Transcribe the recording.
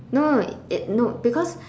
no no it no because